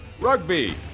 Rugby